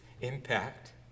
impact